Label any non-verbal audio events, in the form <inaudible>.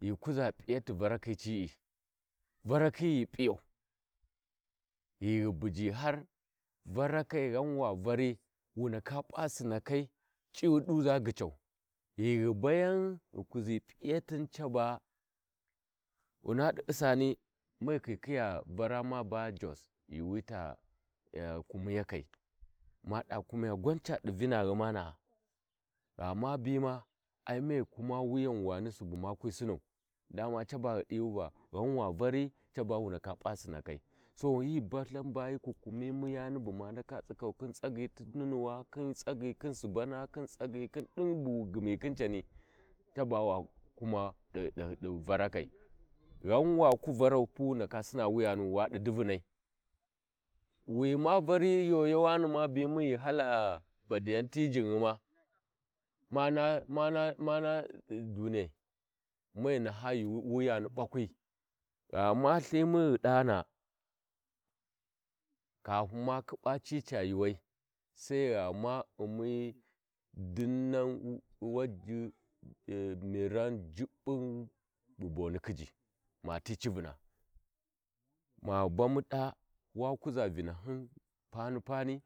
ghi kuʒa p’iyati Vara khii ci’i Varakhi ghi piyau ghighu buji har Varakhai ghan wa Vari Caba wu ndaka p'a Sinnakai C’iyu duʒa ghicau ghighu baya ghu kuʒi p’iyatiu caba. Wunadi usani mai khikhiya vara ma ba Jos ghi wi ta ƙumiyakai mada kumiya gwa cadi umaghuma na ghama bima ai mai kuma wuyawani Suba kwi Sinau dama Caba ghi diwiva gha wa vari caba wu ndaka p’a Sinakai so hi balthin bahi kwakumimu yani bu ma ndaka <unintelligible> Khi tsagyi ti nunuwa Khin tsagyi, Khin Subana Khin tsagyi Khiu din buwa ghumi khin cani Caba wa kumau didididi varakhai ghau waku varau pu wa ndaka Sinna wuyanu wa di divunai wi ma vari yayawani ma bimu ghi hala badiya ti <noise> jinghuma mana mana mana duniyai mai ghi naha gha wu yani ɓakwi, ghama Ithimu ghu dana kafun ma ƙhiɓa cica ghuwai Sai ghima umi dinan waji di mira jiɓɓun di bomi khiji mati civuna ma bamu da wa kuʒa vahahiu pani-pani.